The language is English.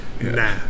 Nah